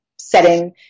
setting